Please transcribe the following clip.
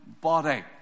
body